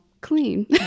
clean